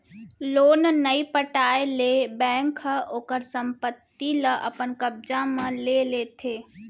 loan नइ पटाए ले बेंक ह ओखर संपत्ति ल अपन कब्जा म ले लेथे